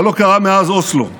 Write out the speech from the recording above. זה לא קרה מאז אוסלו.